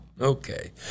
Okay